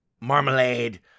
Marmalade